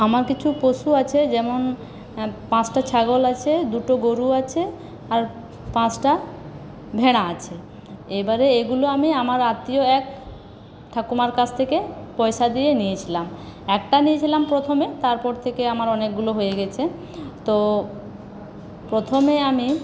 আমার কিছু পশু আছে যেমন পাঁচটা ছাগল আছে দুটো গরু আছে আর পাঁচটা ভেড়া আছে এবারে এগুলো আমি আমার আত্মীয় এক ঠাকুমার কাছ থেকে পয়সা দিয়ে নিয়েছিলাম একটা নিয়েছিলাম প্রথমে তারপর থেকে আমার অনেকগুলো হয়ে গেছে তো প্রথমে আমি